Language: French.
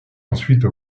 ensuite